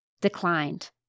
declined